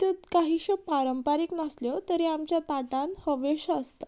त्योत काहिश्यो पारंपारीक नासल्यो तरी आमच्या ताटान हवेश्यो आसता